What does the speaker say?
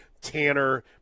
Tanner